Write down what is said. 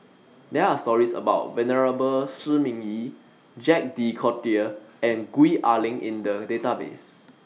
There Are stories about Venerable Shi Ming Yi Jacques De Coutre and Gwee Ah Leng in The Database